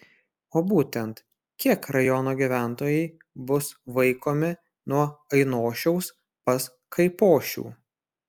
o būtent kiek rajono gyventojai bus vaikomi nuo ainošiaus pas kaipošių